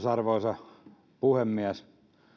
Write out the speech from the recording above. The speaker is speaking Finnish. arvoisa puhemies